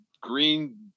green